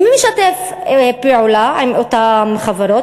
ומי משתף פעולה עם אותן חברות?